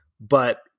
but-